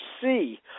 see